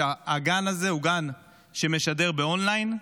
שהגן הזה הוא גן שמשדר באון-ליין.